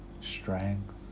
strength